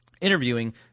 interviewing